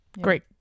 great